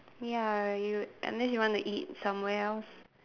ya you unless you want to eat somewhere else